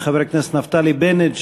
חבר הכנסת נפתלי בנט,